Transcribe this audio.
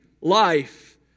life